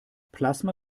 plasma